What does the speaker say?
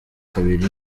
kabiri